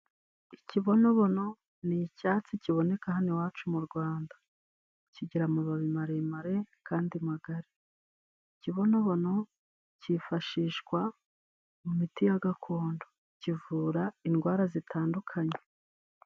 Ikibonobono ni icyatsi kiboneka hano iwacu mu Rwanda kigira amababi maremare kandi magari. Ikibonobono cyifashishwa mu miti ya gakondo, kivura indwara zitandukanye.